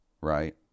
right